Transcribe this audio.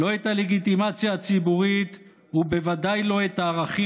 לא את הלגיטימציה הציבורית ובוודאי לא את הערכים